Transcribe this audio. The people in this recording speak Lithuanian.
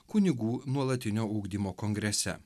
kunigų nuolatinio ugdymo kongrese